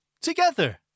together